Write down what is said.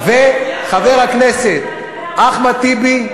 וחבר הכנסת אחמד טיבי,